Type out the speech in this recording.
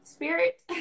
spirit